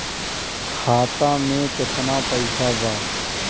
खाता में केतना पइसा बा?